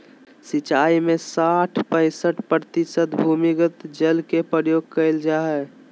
सिंचाई में साठ पईंसठ प्रतिशत भूमिगत जल के प्रयोग कइल जाय हइ